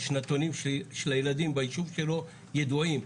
השנתונים של הילדים ביישוב שלו ידועים,